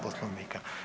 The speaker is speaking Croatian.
Poslovnika.